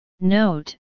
Note